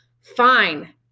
fine